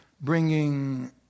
bringing